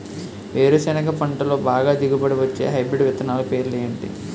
వేరుసెనగ పంటలో బాగా దిగుబడి వచ్చే హైబ్రిడ్ విత్తనాలు పేర్లు ఏంటి?